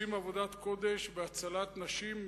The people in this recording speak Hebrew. עושים עבודת קודש בהצלת נשים,